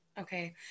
okay